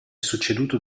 succeduto